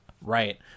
Right